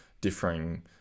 differing